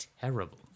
terrible